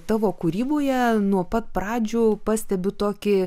tavo kūryboje nuo pat pradžių pastebiu tokį